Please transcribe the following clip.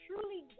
truly